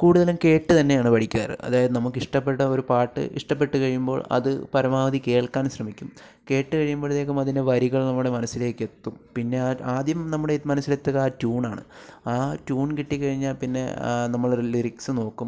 കൂടുതലും കേട്ട് തന്നെയാണ് പഠിക്കാറ് അതായത് നമുക്ക് ഇഷ്ടപ്പെട്ട ഒരു പാട്ട് ഇഷ്ടപെട്ട് കഴിയുമ്പോൾ അത് പരമാവധി കേൾക്കാനും ശ്രമിക്കും കേട്ട് കഴിയുമ്പോഴത്തേക്കും അതിൻ്റെ വരികൾ നമ്മുടെ മനസ്സിലേക്ക് എത്തും പിന്നെ ആ ആദ്യം നമ്മുടെ മനസ്സിലെത്തുക ട്യൂൺ ആണ് ആ ട്യൂൺ കിട്ടിക്കഴിഞ്ഞാൽ പിന്നെ നമ്മൾ അത് ലിറിക്സ് നോക്കും